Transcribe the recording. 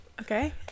Okay